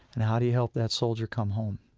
and how do you help that soldier come home?